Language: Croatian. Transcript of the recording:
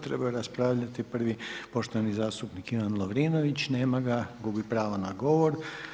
Trebao je raspravljati prvi poštovani zastupnik Ivan Lovrinović, nema ga, gubi pravo na govor.